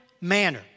manner